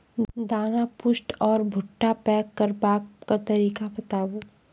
दाना पुष्ट आर भूट्टा पैग करबाक तरीका बताऊ?